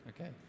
okay